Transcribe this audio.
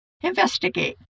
Investigate